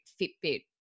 Fitbit